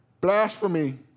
blasphemy